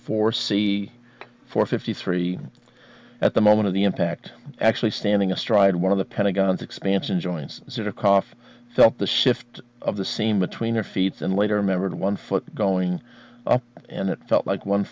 c four fifty three at the moment of the impact actually standing astride one of the pentagon's expansion joints sort of cough felt the shift of the seam between your feet and later remembered one foot going up and it felt like one